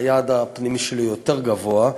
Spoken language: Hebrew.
היעד הפנימי שלי יותר גבוה.